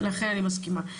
לכן אני מסכימה.